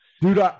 dude